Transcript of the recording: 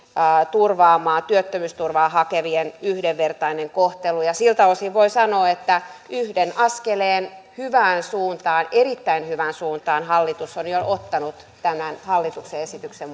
turvaamaan työttömyysturvaa hakevien yhdenvertainen kohtelu siltä osin voin sanoa että yhden askeleen hyvään suuntaan erittäin hyvään suuntaan hallitus on jo ottanut tämän hallituksen esityksen